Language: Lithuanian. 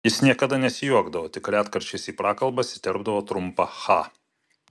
jis niekada nesijuokdavo tik retkarčiais į prakalbas įterpdavo trumpą cha